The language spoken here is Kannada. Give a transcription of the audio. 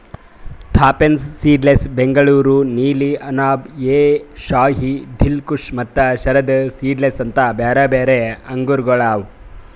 ಥಾಂಪ್ಸನ್ ಸೀಡ್ಲೆಸ್, ಬೆಂಗಳೂರು ನೀಲಿ, ಅನಾಬ್ ಎ ಶಾಹಿ, ದಿಲ್ಖುಷ ಮತ್ತ ಶರದ್ ಸೀಡ್ಲೆಸ್ ಅಂತ್ ಬ್ಯಾರೆ ಆಂಗೂರಗೊಳ್ ಅವಾ